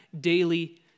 daily